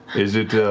is it